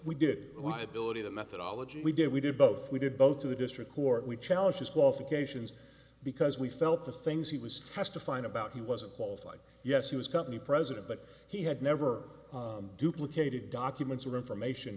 we did what ability the methodology we did we did both we did both to the district court we challenged his qualifications because we felt the things he was testifying about he wasn't qualified yes he was company president but he had never duplicated documents or information